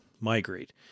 migrate